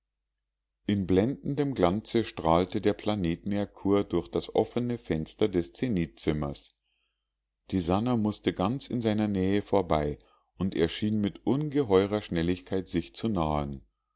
in blendendem glanze strahlte der planet merkur durch das offene fenster des zenithzimmers die sannah mußte ganz in seiner nähe vorbei und er schien mit ungeheurer schnelligkeit sich zu nahen